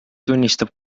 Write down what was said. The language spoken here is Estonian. tunnistab